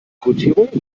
kodierung